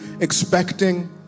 expecting